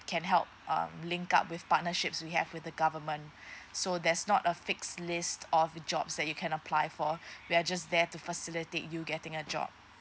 can help um linked up with partnerships we have with the government so that's not a fixed list of jobs that you can apply for we are just there to facilitate you getting a job